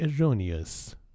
erroneous